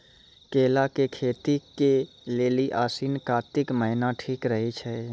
केला के खेती के लेली आसिन कातिक महीना ठीक रहै छै